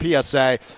PSA